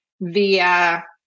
via